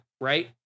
Right